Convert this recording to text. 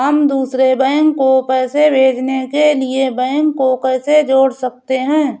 हम दूसरे बैंक को पैसे भेजने के लिए बैंक को कैसे जोड़ सकते हैं?